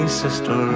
sister